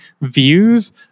views